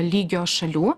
lygio šalių